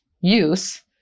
use